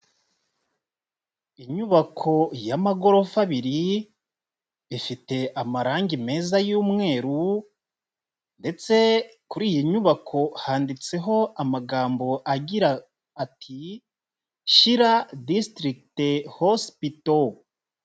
Inyubako y'amagorofa abiri, ifite amarangi meza y'umweru ndetse kuri iyi nyubako handitseho amagambo agira ati:''SHYIRA DISTRICT HOSPITAL.''